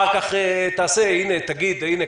תגיד: הנה,